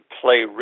play